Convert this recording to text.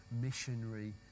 missionary